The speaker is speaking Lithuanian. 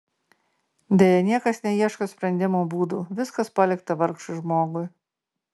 deja niekas neieško sprendimo būdų viskas palikta vargšui žmogui